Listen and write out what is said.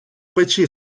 печи